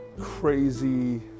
crazy